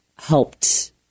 helped